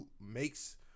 makes